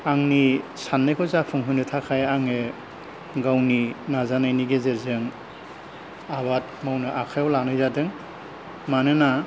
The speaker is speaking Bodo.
आंनि साननायखौ जाफुंहोनो थाखाय आङो गावनि नाजानायनि गेजेरजों आबाद मावनो आखायाव लानाय जादों मानोना